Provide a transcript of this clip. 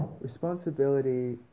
Responsibility